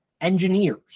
engineers